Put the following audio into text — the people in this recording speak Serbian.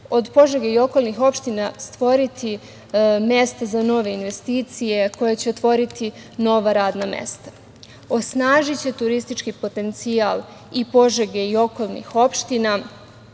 od Požege i okolnih opština stvoriti mesto za nove investicije, koje će otvoriti nova radna mesta. Osnažiće turistički potencijal i Požege i okolnih opština,